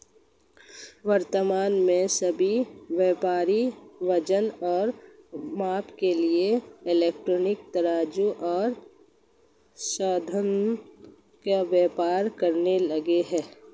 वर्तमान में सभी व्यापारी वजन और माप के लिए इलेक्ट्रॉनिक तराजू ओर साधनों का प्रयोग करने लगे हैं